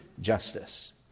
justice